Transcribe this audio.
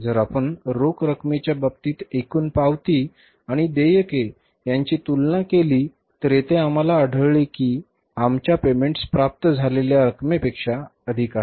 जर आपण रोख रकमेच्या बाबतीत एकूण पावती आणि देयके यांची तुलना केली तर तेथे आम्हाला आढळले की आमच्या पेमेंट्स प्राप्त झालेल्या रकमेपेक्षा अधिक आहेत